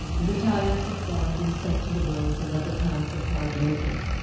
the battalions were formed and sent to the roads and other kinds of hard labour.